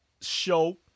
show